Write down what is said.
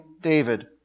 David